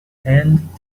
هند